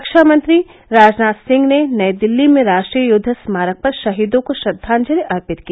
रक्षा मंत्री राजनाथ सिंह ने नई दिल्ली में राष्ट्रीय युद्व स्मारक पर शहीदों को श्रद्वांजलि अर्पित की